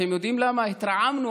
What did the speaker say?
אתם יודעים למה התרעמנו?